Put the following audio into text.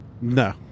no